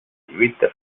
lluita